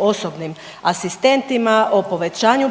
osobnim asistentima, o povećanju